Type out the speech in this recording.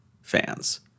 Fans